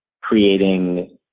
creating